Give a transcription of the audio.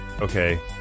Okay